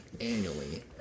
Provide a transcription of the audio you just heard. annually